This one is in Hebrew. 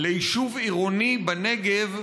ליישוב עירוני בנגב,